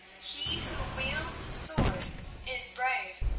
he who wields sword is brave,